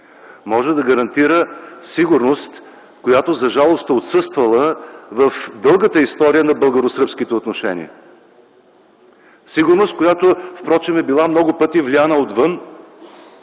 може да гарантира сигурност, която за жалост е отсъствала в дългата история на българо-сръбските отношения, сигурност, която впрочем е била много пъти повлияна отвън,